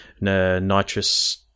nitrous